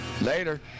Later